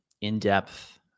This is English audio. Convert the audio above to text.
in-depth